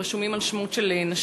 במדינת ישראל רשומים על שמות של נשים?